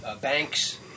Banks